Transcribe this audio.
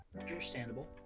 Understandable